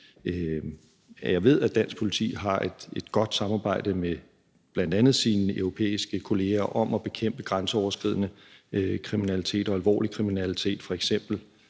jeg ved, at dansk politi har et godt samarbejde med bl.a. sine europæiske kolleger om at bekæmpe grænseoverskridende kriminalitet og alvorlig kriminalitet, f.eks.